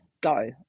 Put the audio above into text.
go